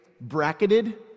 bracketed